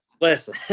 listen